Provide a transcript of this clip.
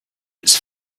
its